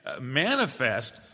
manifest